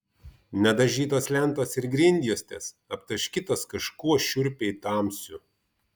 nedažytos lentos ir grindjuostės aptaškytos kažkuo šiurpiai tamsiu